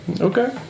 Okay